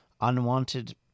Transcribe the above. unwanted